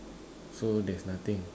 so there is nothing